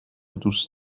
دوست